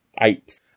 apes